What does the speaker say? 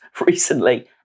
recently